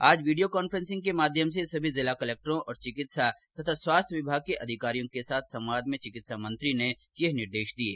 आज video conferencing के माध्यम से सभी जिला कलेक्टरों और चिकित्सा तथा स्वास्थ्य विभाग के अधिकारियों के साथ संवाद में चिकित्सा मंत्री ने यह निर्देष दिये